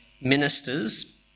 ministers